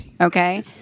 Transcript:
Okay